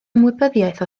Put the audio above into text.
ymwybyddiaeth